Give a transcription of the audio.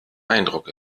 eindruck